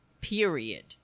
period